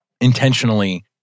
intentionally